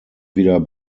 wieder